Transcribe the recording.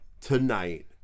tonight